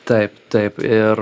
taip taip ir